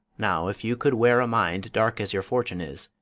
now, if you could wear a mind dark as your fortune is,